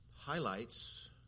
highlights